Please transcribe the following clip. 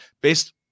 based